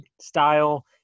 style